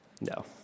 no